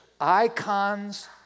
icons